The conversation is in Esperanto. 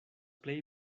plej